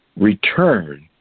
Return